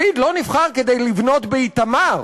לפיד לא נבחר כדי לבנות באיתמר,